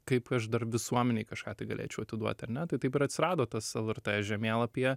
kaip aš dar visuomenei kažką tai galėčiau atiduoti ar ne tai taip ir atsirado tas lrt žemėlapyje